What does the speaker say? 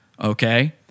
okay